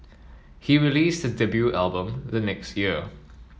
he released his debut album the next year